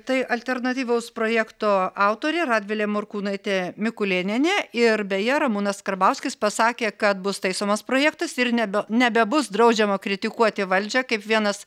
tai alternatyvaus projekto autorė radvilė morkūnaitė mikulėnienė ir beje ramūnas karbauskis pasakė kad bus taisomas projektas ir nebe nebebus draudžiama kritikuoti valdžią kaip vienas